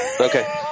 Okay